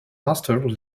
masters